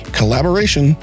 collaboration